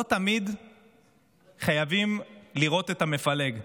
לא תמיד חייבים לראות את המפלג,